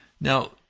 Now